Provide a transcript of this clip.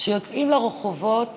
שיוצאים לרחובות